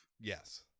Yes